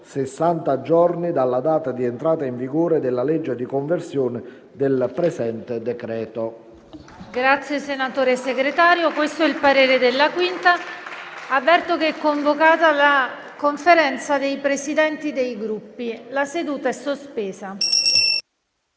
giorni dalla data di entrata in vigore della legge di conversione del presente decreto.".